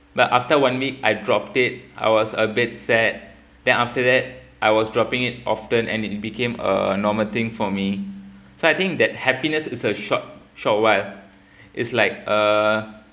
but after one week I dropped it I was a bit sad then after that I was dropping it often and it became a normal thing for me so I think that happiness is a short short while it's like uh